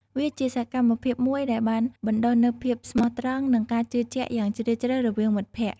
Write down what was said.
វាជាសកម្មភាពមួយដែលបានបណ្តុះនូវភាពស្មោះត្រង់និងការជឿជាក់យ៉ាងជ្រាលជ្រៅរវាងមិត្តភក្តិ។